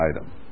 item